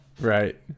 Right